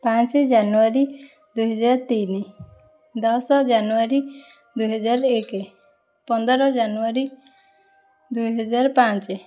ପାଞ୍ଚ ଜାନୁଆରୀ ଦୁଇହଜାର ତିନି ଦଶ ଜାନୁଆରୀ ଦୁଇହଜାର ଏକ ପନ୍ଦର ଜାନୁଆରୀ ଦୁଇହଜାର ପାଞ୍ଚ